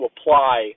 apply